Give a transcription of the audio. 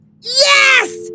Yes